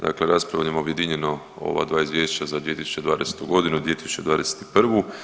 Dakle raspravljamo objedinjeno o ova dva izvješća za 2020.g. i 2021.